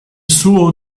suo